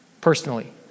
personally